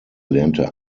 lernte